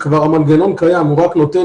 כאשר המנגנון כבר קיים אלא שהוא נותן